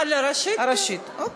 לראשית, כן.